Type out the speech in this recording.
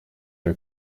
are